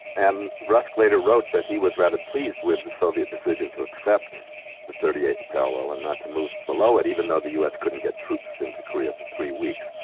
and rusk later wrote that he was rather pleased with the soviet decision to accept the thirty eighth parallel and not to move below it, even though the us couldn't get troops into korea for three weeks.